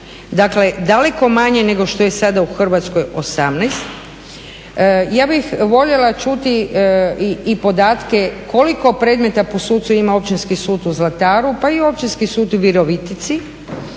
Dakle, daleko manje nego što je sada u Hrvatskoj 18. Ja bih voljela čuti i podatke koliko predmeta po sucu ima Općinski sud u Zlataru pa i Općinski sud u Virovitici.